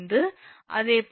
அதேபோல் 𝐼6 𝑖7𝑖8